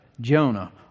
Jonah